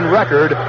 record